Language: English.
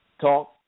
Talk